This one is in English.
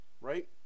right